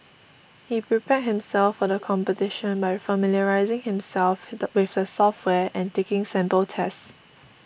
he prepare himself for the competition by familiarising himself with the software and taking sample tests